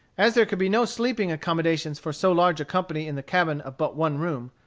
as there could be no sleeping accommodations for so large a company in the cabin of but one room,